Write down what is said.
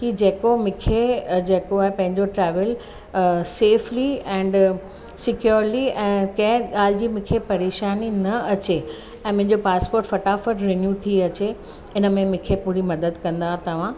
कि जेको मूंखे जेको आहे पंहिंजो ट्रैवल सेफली ऐंड सिक्यॉर्ली ऐं कंहिं ॻाल्हि जी मूंखे परेशानी न अचे ऐं मुंहिंजो पासपोट फटाफटि रिन्यू थी अचे इन में मूंखे पूरी मदद कंदा तव्हां